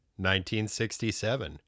1967